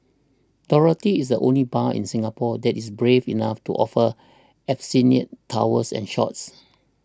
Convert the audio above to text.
Dorothy's is the only bar in Singapore that is brave enough to offer Absinthe towers and shots